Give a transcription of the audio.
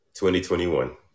2021